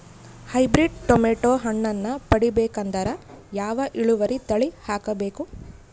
Hybrid tomato ಹಣ್ಣನ್ನ ಪಡಿಬೇಕಂದರ ಯಾವ ಇಳುವರಿ ತಳಿ ಹಾಕಬೇಕು?